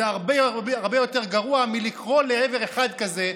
זה הרבה הרבה יותר גרוע מלקרוא לעבר אחד כזה,